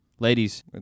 Ladies